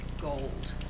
gold